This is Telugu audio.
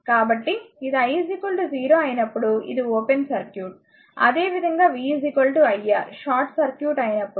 కాబట్టి ఇది i 0 అయినప్పుడు ఇది ఓపెన్ సర్క్యూట్ అదేవిధంగా v iR షార్ట్ సర్క్యూట్ అయినప్పుడు సరే